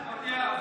מה עם בתי האבות?